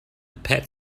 pet